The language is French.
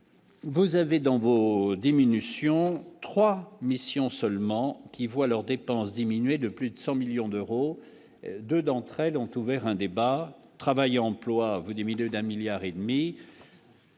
vous avez dans vos diminution 3 missions seulement qui voient leurs dépenses diminuer de plus de 100 millions d'euros, 2 d'entre elles ont ouvert un débat, travail, emploi, vous diminuer d'un milliard et demi.